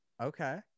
Okay